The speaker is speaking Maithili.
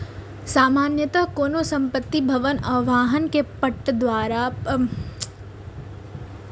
सामान्यतः कोनो संपत्ति, भवन आ वाहन कें पट्टा पर देल जाइ छै